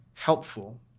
Helpful